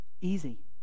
easy